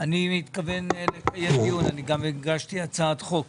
אני מבקש לומר שאני מתכוון לקיים דיון - אני גם הגשתי הצעת חוק